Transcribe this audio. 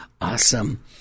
awesome